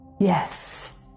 Yes